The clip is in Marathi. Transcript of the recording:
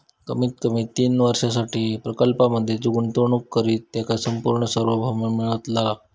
कमीत कमी तीन वर्षांसाठी प्रकल्पांमधे जो गुंतवणूक करित त्याका संपूर्ण सार्वभौम मिळतला